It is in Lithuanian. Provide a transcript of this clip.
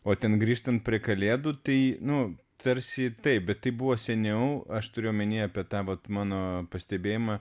o ten grįžtant prie kalėdų tai nu tarsi taip bet tai buvo seniau aš turiu omeny apie tą vat mano pastebėjimą